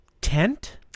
tent